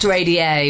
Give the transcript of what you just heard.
Radio